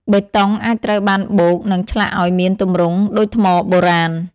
បេតុងអាចត្រូវបានបូក និងឆ្លាក់ឱ្យមានទម្រង់ដូចថ្មបុរាណ។